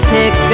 Pick